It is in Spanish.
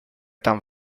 tan